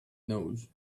nose